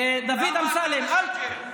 דוד אמסלם, למה אתה משקר?